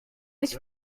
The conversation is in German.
nicht